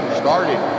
started